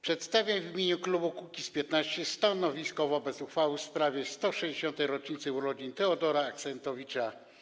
Przedstawię w imieniu klubu Kukiz’15 stanowisko wobec uchwały w sprawie 160. rocznicy urodzin Teodora Axentowicza.